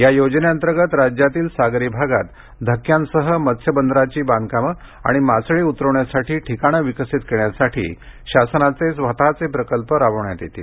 या योजनेअंतर्गत राज्यातील सागरी भागात धक्क्यांसह मत्स्यबंदराची बांधकामं आणि मासळी उतरवण्यासाठी ठिकाणं विकसित करण्यासाठी शासनाचे स्वतःचे प्रकल्प राबविण्यात येतील